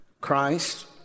Christ